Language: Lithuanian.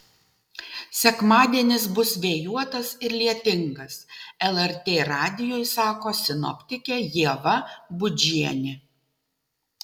sekmadienis bus vėjuotas ir lietingas lrt radijui sako sinoptikė ieva budžienė